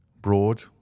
Broad